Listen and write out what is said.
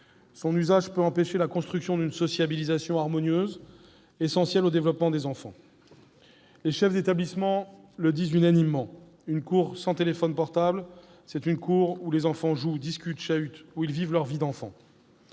Cet usage peut empêcher la construction d'une sociabilité harmonieuse, essentielle au développement des enfants. Les chefs d'établissement le disent unanimement : une cour sans téléphone portable, c'est une cour où les enfants jouent, discutent, chahutent, où ils vivent leur vie d'enfant.